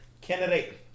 Candidate